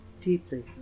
deeply